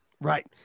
Right